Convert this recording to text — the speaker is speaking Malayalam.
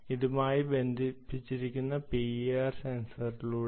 ഇതുമായി ബന്ധിപ്പിച്ചിരിക്കുന്ന P I R സെൻസറിലൂടെ